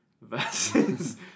versus